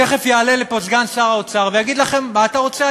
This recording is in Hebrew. תכף יעלה לפה סגן שר האוצר ויגיד לכם: מה אתה רוצה,